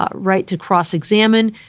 ah right to cross-examine.